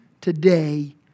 today